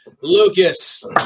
Lucas